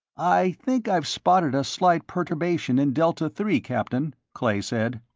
i think i've spotted a slight perturbation in delta three, captain, clay said.